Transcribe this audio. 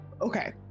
okay